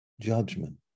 judgment